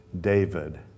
David